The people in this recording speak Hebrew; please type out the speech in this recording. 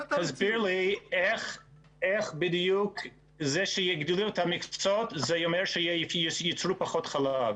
תסביר לי איך בדיוק זה שיגדילו את המכסות אומר שייצרו פחות חלב.